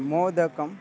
मोदकम्